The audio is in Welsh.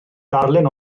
darlun